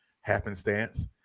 Happenstance